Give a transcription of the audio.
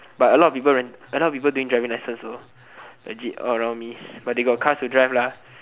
but a lot of people rent a lot of people doing driving lessons also legit all around me but they got cars to drive lah